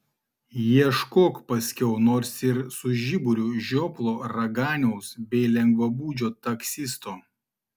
ieškok paskiau nors ir su žiburiu žioplo raganiaus bei lengvabūdžio taksisto